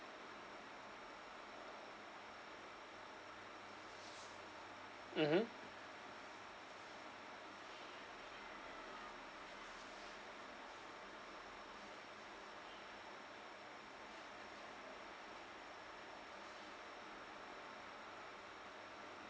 mmhmm